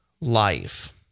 life